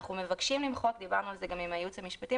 אנחנו מבקשים למחוק את המילים